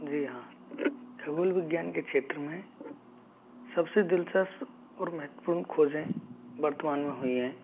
जी हाँ खगोल विज्ञान के क्षेत्र में सबसे दिलचस्प और महत्वपूर्ण खोजें वर्तमान में हुई हैं